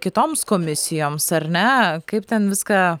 kitoms komisijoms ar ne kaip ten viską